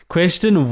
Question